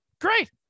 great